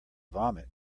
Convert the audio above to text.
vomit